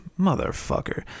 motherfucker